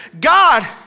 God